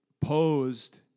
posed